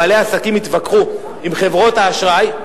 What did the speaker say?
בעלי העסקים יתווכחו עם חברות האשראי,